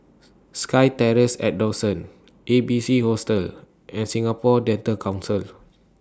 SkyTerrace At Dawson A B C Hostel and Singapore Dental Council